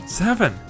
seven